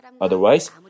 Otherwise